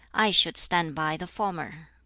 i should stand by the former.